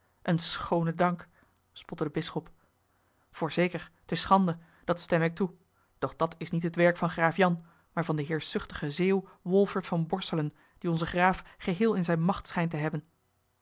een schoone dank spotte de bisschop voorzeker t is schande dat stem ik toe doch dat is niet het werk van graaf jan maar van den heerschzuchtigen zeeuw wolfert van borselen die onzen graaf geheel in zijne macht schijnt te hebben